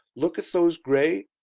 look at those grey.